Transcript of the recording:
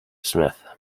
smith